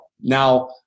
Now